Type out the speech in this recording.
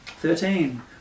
Thirteen